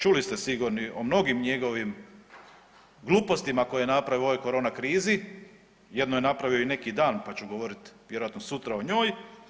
Čuli ste sigurno o mnogim njegovim glupostima koje je napravio u ovoj korona krizi, jednu je napravio i neki dan, pa ću govorit vjerojatno sutra o njoj.